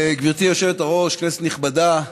גברתי היושבת-ראש, כנסת נכבדה,